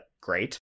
great